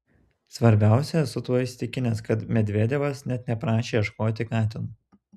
svarbiausia esu tuo įsitikinęs kad medvedevas net neprašė ieškoti katino